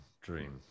dream